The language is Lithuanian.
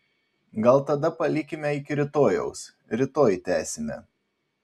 gal tada palikime iki rytojaus rytoj tęsime